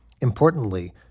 Importantly